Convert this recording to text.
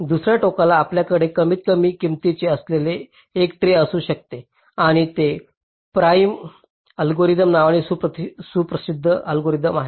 दुसर्या टोकामध्ये आपल्याकडे कमीतकमी किंमत असलेले एक ट्री असू शकते आणि तेथे प्रिम Prim's अल्गोरिदम नावाचे सुप्रसिद्ध अल्गोरिदम आहे